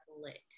lit